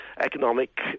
economic